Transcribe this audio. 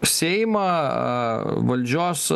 seimą valdžios